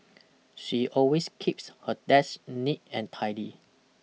she always keeps her desk neat and tidy